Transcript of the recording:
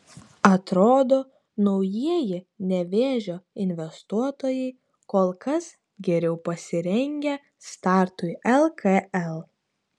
atrodo naujieji nevėžio investuotojai kol kas geriau pasirengę startui lkl